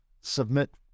submit